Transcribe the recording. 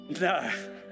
No